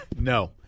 No